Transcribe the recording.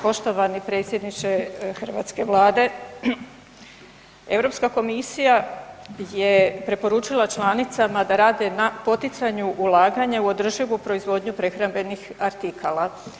Poštovani predsjedniče hrvatske Vlade, Europska komisija je preporučila članicama da rade na poticanju ulaganja u održivu proizvodnju prehrambenih artikala.